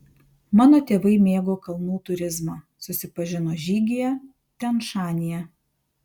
mano tėvai mėgo kalnų turizmą susipažino žygyje tian šanyje